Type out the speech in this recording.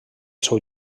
seu